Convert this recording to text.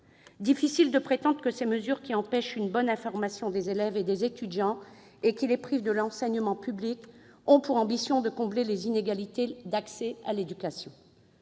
difficile de prétendre que ces mesures, qui empêchent une bonne information des élèves et des étudiants et qui les privent de l'enseignement public, ont pour ambition de combler les inégalités d'accès à l'éducation.